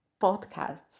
podcasts